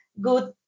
good